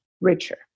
richer